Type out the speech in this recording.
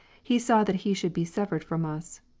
he saw that he should be severed from us.